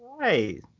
right